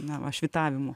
na va švytavimų